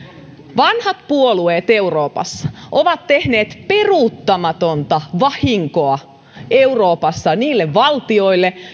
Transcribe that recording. vanhat puolueet euroopassa ovat tehneet peruuttamatonta vahinkoa euroopassa niille valtioille